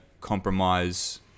compromise